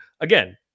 Again